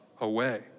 away